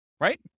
right